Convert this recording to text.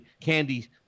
Candy